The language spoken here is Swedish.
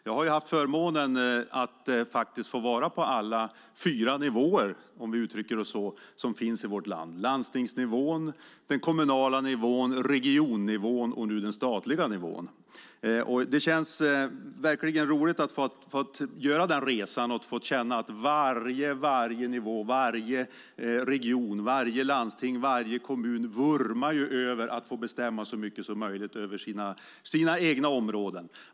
Jag har haft förmånen att få vara på alla de fyra nivåer, om vi uttrycker oss så, som finns i vårt land: landstingsnivån, den kommunala nivån, regionnivån och nu den statliga nivån. Det känns verkligen roligt att ha fått göra den resan och att ha fått känna att varje nivå, varje region, varje landsting och varje kommun vurmar för att få bestämma så mycket som möjligt över sina egna områden.